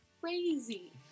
crazy